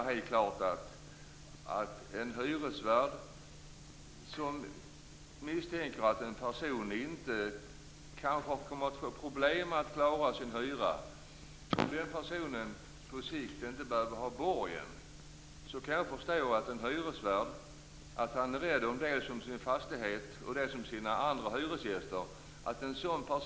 Säg att en hyresvärd misstänker att en person kanske kommer att få problem att klara sin hyra och att den personen på sikt inte behöver ha någon som går i borgen. Jag kan förstå att en hyresvärd dels är rädd om sin fastighet, dels är rädd om sina andra hyresgäster.